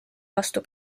vastu